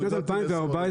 רק אני אומר שני משפטים.